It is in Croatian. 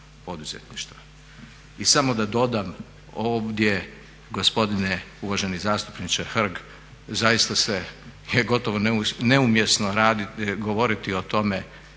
I samo da dodam ovdje gospodine uvaženi zastupniče Hrg zaista je gotovo neumjesno govoriti o tome